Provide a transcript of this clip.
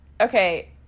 okay